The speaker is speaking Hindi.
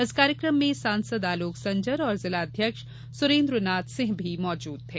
इस कार्यक्रम में सांसद आलोक संजर और जिला अध्यक्ष सुरेन्द्रनाथ सिंह भी मौजूद थे